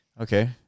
Okay